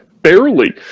Barely